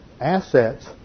assets